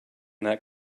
that